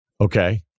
Okay